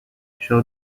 show